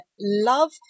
love